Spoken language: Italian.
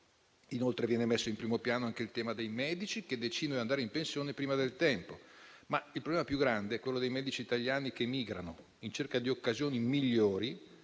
Inoltre, viene messo in primo piano il tema dei medici che decidono di andare in pensione prima del tempo, ma il problema più grande è quello dei medici italiani che migrano, in cerca di occasioni migliori